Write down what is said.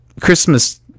Christmas